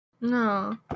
no